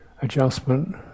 adjustment